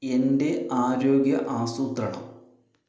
എൻ്റെ ആരോഗ്യം ആസൂത്രണം